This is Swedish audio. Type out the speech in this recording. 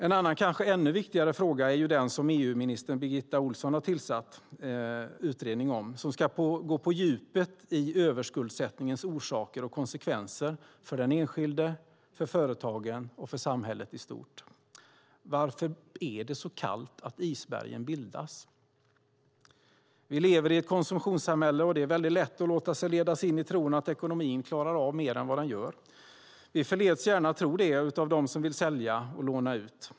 En annan kanske ännu viktigare fråga är den som EU-minister Birgitta Ohlsson tillsatt en utredning om och som ska gå på djupet i överskuldsättningens orsaker och konsekvenser för den enskilde, för företagen och för samhället i stort. Varför är det så kallt i vattnet att isbergen bildas? Vi lever i ett konsumtionssamhälle, och det är väldigt lätt att låta sig ledas in i tron att ekonomin klarar av mer än den gör. Vi förleds gärna att tro det av dem som vill sälja och låna ut.